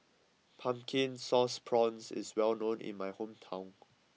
Pumpkin Sauce Prawns is well known in my hometown